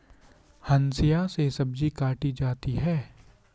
हंसिआ से सब्जी काटी जाती है